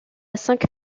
cinq